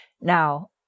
Now